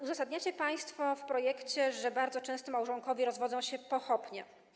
Uzasadniacie to państwo w projekcie tym, że bardzo często małżonkowie rozwodzą się pochopnie.